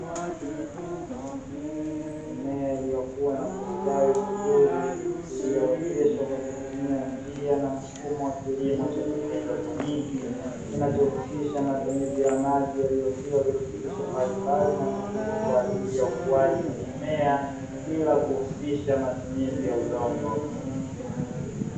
Mimea iliyokua na kustawi vizuri, iliyooteshwa kwa kutumia njia na mfumo wa kilimo cha haidroponi; kinachohusisha matumizi ya maji yaliyotiwa virutubisho mbalimbali na muhimu kwa ajili ya ukuaji wa mimea, bila kuhusisha matumizi ya udongo.